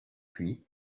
puits